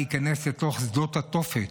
להיכנס לתוך שדות התופת,